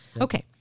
okay